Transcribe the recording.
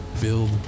build